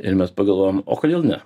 ir mes pagalvojom o kodėl ne